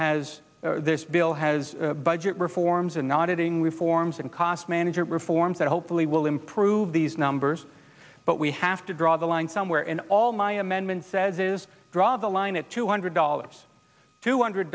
has this bill has budget reforms and nodding reforms and cost management reforms that hopefully will improve these numbers but we have to draw the line somewhere and all my amendment says is draw the line at two hundred dollars two hundred